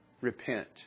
repent